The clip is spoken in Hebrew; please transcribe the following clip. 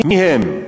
מי הם?